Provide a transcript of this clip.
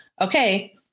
Okay